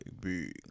big